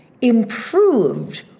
improved